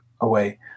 away